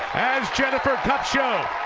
as jennifer kupcho